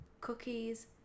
cookies